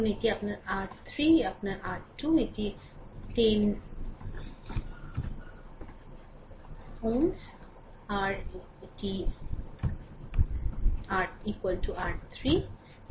ধরুন এটি আপনার r 3 এটি আপনার r 2 এবং এটি 10 Ω r 3